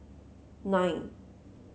nine